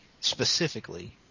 specifically